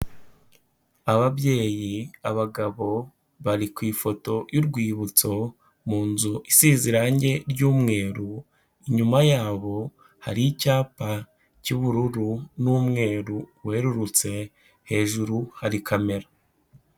Ababyeyi, abagabo, bari ku ifoto y'urwibutso mu nzu isize irangi ry'umweru, inyuma yabo hari icyapa cy'ubururu n'umweru werurutse, hejuru hari kamera.